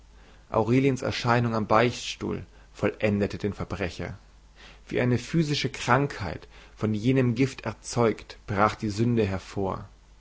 aureliens erscheinung am beichtstuhl vollendete den verbrecher wie eine physische krankheit von jenem gift erzeugt brach die sünde hervor